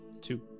Two